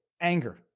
Anger